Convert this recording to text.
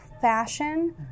fashion